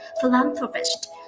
philanthropist